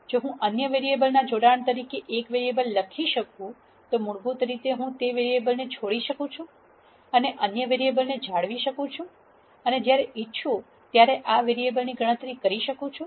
જો હું અન્ય વેરીએબલ ના જોડાણ તરીકે એક વેરીએબલ લખી શકું તો મૂળભૂત રીતે હું તે વેરીએબલ ને છોડી શકું છું અને અન્ય વેરીએબલ ને જાળવી શકું છું અને જ્યારે ઇચ્છું ત્યારે આ વેરીએબલ ની ગણતરી કરી શકું છું